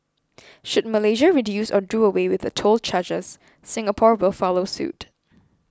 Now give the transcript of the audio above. should Malaysia reduce or do away with the toll charges Singapore will follow suit